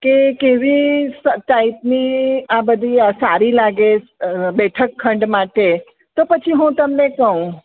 કે કેવી ટાઇપની આ બધી સારી લાગે બેઠકખંડ માટે તો પછી હું તમને કહું